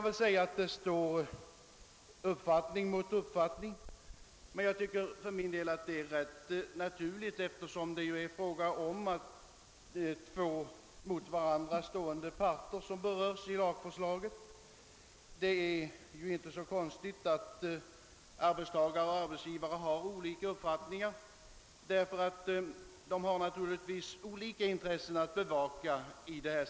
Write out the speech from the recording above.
Här står alltså uppfattning mot uppfattning; jag finner detta rätt naturligt, eftersom det är två mot varandra stående parter som berörs i lagförslaget. Det är inte så konstigt att arbetstagare och arbetsgivare har olika uppfattningar, eftersom de har olika intressen att bevaka.